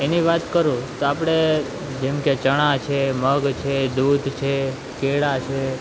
એની વાત કરું તો આપણે જેમકે ચણા છે મગ છે દૂધ છે કેળાં છે